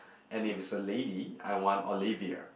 and if it's a lady I want Olivia